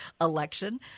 election